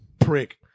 prick